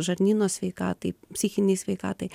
žarnyno sveikatai psichinei sveikatai